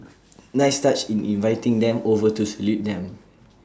nice touch in inviting them over to salute them